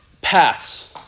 paths